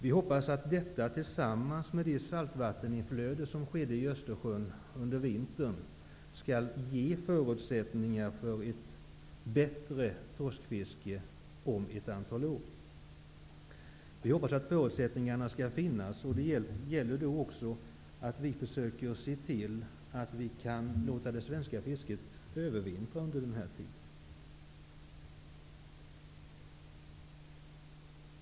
Vi hoppas att detta tillsammans med det saltvatteninflöde som skedde i Östersjön under vintern skall ge förutsättningar för ett bättre torskfiske om ett antal år. Det gäller då också att tillse att det svenska fisket kan övervintra under tiden fram till dess.